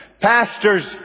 Pastors